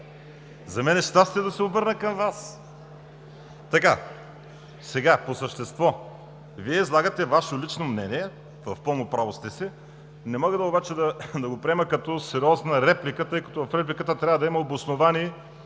за мен е щастие да се обърна към Вас!